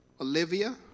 Olivia